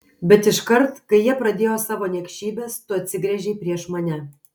bet iškart kai jie pradėjo savo niekšybes tu atsigręžei prieš mane